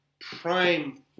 prime